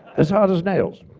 as hard as nails.